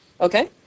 Okay